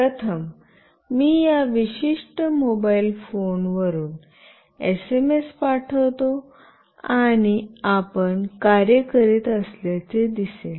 प्रथम मी या विशिष्ट मोबाइल फोनवरून एसएमएस पाठवितो आणि आपण कार्य करीत असल्याचे दिसेल